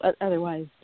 Otherwise